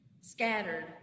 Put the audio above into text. Scattered